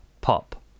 pop